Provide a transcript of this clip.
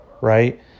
Right